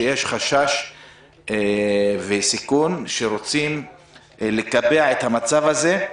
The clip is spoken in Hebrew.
שיש חשש וסיכון בכך שרוצים לקבע את המצב הזה.